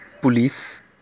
police